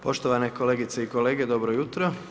Poštovane kolegice i kolege dobro jutro.